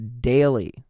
Daily